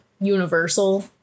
universal